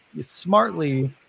smartly